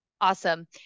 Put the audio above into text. Awesome